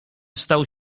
stał